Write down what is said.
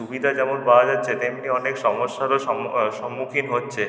সুবিধা যেমন পাওয়া যাচ্ছে তেমনি অনেক সমস্যারও সম্মুখীন হচ্ছে